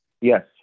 Yes